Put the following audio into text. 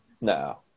No